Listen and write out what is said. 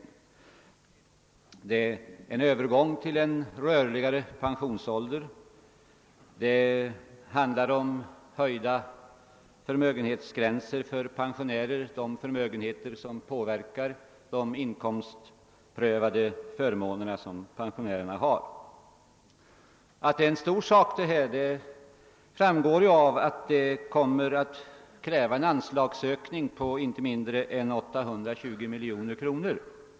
Det handlar om en övergång till rörligare pensionsålder och om höjda gränser för de förmögenheter som påverkar de inkomstprövade förmånerna för pensionärer. Att detta är en stor sak framgår av att det krävs en anslagsökning på inte mindre än 820 miljoner kronor.